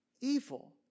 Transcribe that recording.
evil